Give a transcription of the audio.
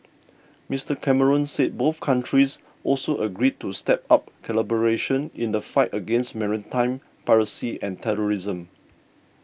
Mister Cameron said both countries also agreed to step up collaboration in the fight against maritime piracy and terrorism